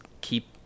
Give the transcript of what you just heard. keep